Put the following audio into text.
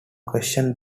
question